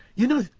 you know,